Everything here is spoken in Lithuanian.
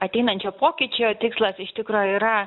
ateinančio pokyčio tikslas iš tikro yra